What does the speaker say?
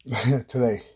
today